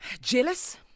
jealous